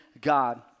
God